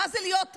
מה זה להיות עדר,